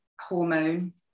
hormone